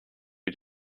you